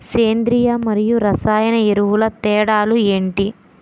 సేంద్రీయ మరియు రసాయన ఎరువుల తేడా లు ఏంటి?